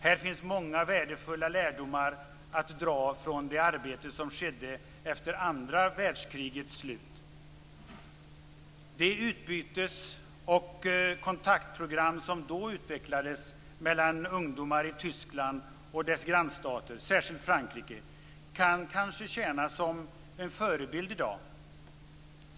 Här finns många värdefulla lärdomar att dra från det arbete som skedde efter andra världskrigets slut. De utbytes och kontaktprogram som då utvecklades mellan ungdomar i Tyskland och dess grannstater, särskilt Frankrike, kan kanske tjäna som en förebild i dag.